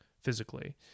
physically